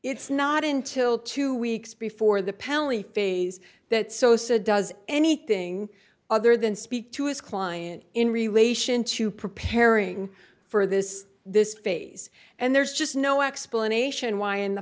it's not until two weeks before the pelly phase that sosa does anything other than speak to his client in relation to preparing for this this phase and there's just no explanation why in the